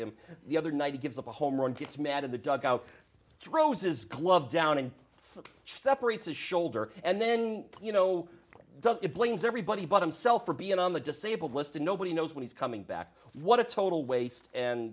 him the other night he gives up a home run gets mad in the dugout throws is glove down and separates a shoulder and then you know does it blames everybody but himself for being on the disabled list and nobody knows when he's coming back what a total waste and